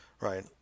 right